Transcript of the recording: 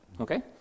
Okay